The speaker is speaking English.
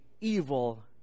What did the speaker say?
evil